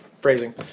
phrasing